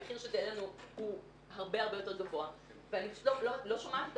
אני פשוט לא שומעת את